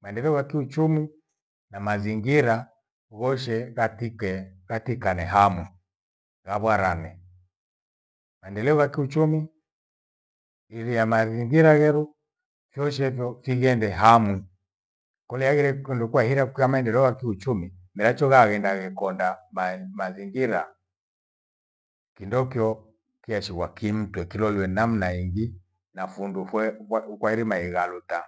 Maendeleo wa kiuchumi na mazingira woshe katike katikane hamwi, kavwarane. Maendeleo vakiuchumi iria mazingira gheru voshe hivo vighende hamwi. Kole haighire kundu kwahira kukwia maendeleo yakiuchumi miracho ghaghenda hekonda mae- mazingira kindokyo kyashighwa kimtwe kiloliwe namna ingi na fundu foe kwa- kwairima ighaluta.